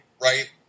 right